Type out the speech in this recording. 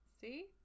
See